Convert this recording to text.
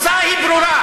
וסקר בגדה המערבית ובעזה.